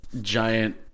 giant